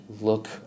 Look